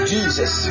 Jesus